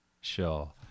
Sure